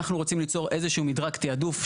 אנחנו רוצים ליצור איזה שהוא מדרג תעדוף,